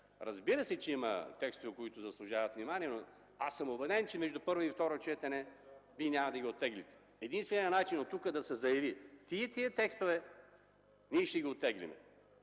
Разбира се, че има текстове, които заслужават внимание, но аз съм убеден, че между първо и второ четене вие няма да ги оттеглите. Единственият начин е оттук да се заяви: тези и тези текстове ние ще ги оттеглим.